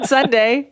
Sunday